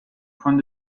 point